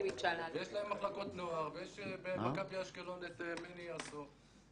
ויש להם מחלקות נוער ויש במכבי אשקלון את מני יאסו.